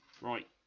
right